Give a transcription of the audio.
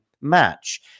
match